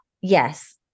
yes